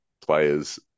players